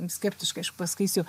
skeptiškai aš pasakysiu